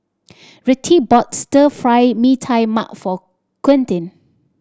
Rettie bought Stir Fry Mee Tai Mak for Quentin